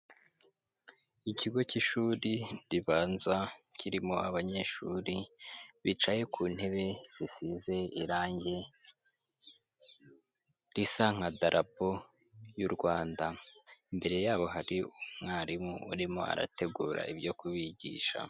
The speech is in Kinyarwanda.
Ikigo k'ishuri ribanza, kirimo abanyeshuri bicaye ku ntebe zisize irangi risa nka darapo y'u Rwanda, imbere yabo hari umwarimu urimo arategura ibyo kubigisha.